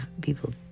people